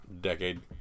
Decade